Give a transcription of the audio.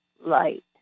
light